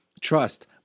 trust